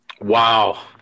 Wow